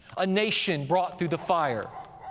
a nation brought through the fire.